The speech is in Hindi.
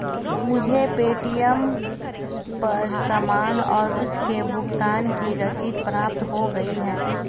मुझे पे.टी.एम पर सामान और उसके भुगतान की रसीद प्राप्त हो गई है